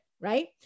right